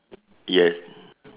yes